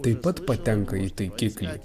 taip pat patenka į taikiklį